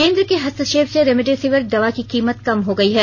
केन्द्र के हस्तक्षेप से रेमडेसिविर दवा की कीमत कम हो गई है